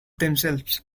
themselves